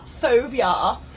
phobia